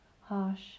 harsh